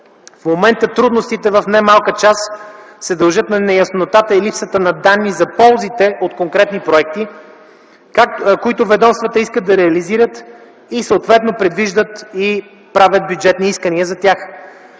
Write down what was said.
В момента трудностите в немалка част се дължат на неяснотата и липсата на данни за ползите от конкретни проекти, които ведомствата искат да реализират и съответно предвиждат и правят бюджетни искания за тях.